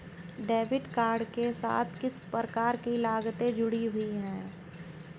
Debit card के साथ किस प्रकार की लागतें जुड़ी हुई हैं?